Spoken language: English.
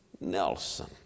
Nelson